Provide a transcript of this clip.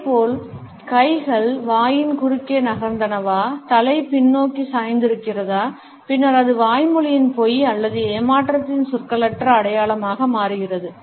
இதேபோல் கைகள் வாயின் குறுக்கே நகர்ந்தனவா தலை பின்னோக்கி சாய்ந்திருக்கிறதா பின்னர் அது வாய்மொழியின் பொய் அல்லது ஏமாற்றத்தின் சொற்களற்ற அடையாளமாக மாறுகிறது